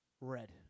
Red